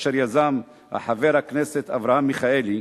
אשר יזם חבר הכנסת אברהם מיכאלי,